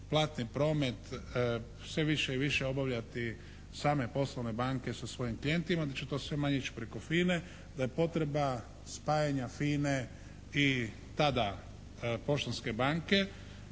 platni promet sve više i više obavljati same poslovne banke sa svojim klijentima, onda će to sve manje ići preko FINA-e. Da je potreba spajanja FINA-e i tada Poštanske banke